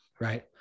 right